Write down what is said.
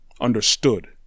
understood